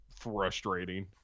frustrating